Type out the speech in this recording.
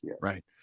right